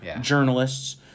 journalists